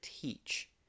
teach